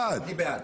בעד.